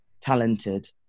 talented